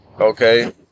okay